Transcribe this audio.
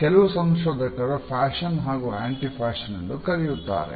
ಕೆಲವು ಸಂಶೋಧಕರು ಫ್ಯಾಷನ್ ಹಾಗು ಅಂಟಿಫ್ಯಾಷನ್ ಎಂದು ಕರೆಯುತ್ತಾರೆ